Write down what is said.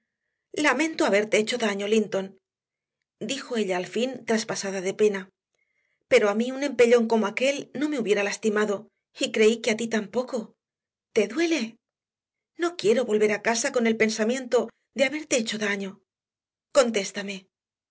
lamento haberte hecho daño linton dijo ella al fin traspasada de pena pero a mí un empellón como aquel no me hubiera lastimado y creí que a ti tampoco te duele no quiero volver a casa con el pensamiento de haberte hecho daño contéstame